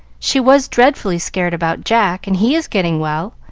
she was dreadfully scared about jack, and he is getting well.